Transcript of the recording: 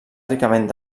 ricament